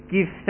Give